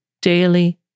daily